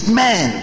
man